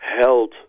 held